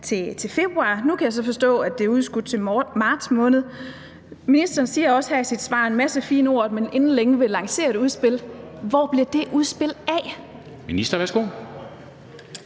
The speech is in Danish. til februar. Nu kan jeg så forstå, at det er udskudt til marts måned. Ministeren siger også her i sit svar en masse fine ord om, at man inden længe vil lancere et udspil. Hvor bliver det udspil af?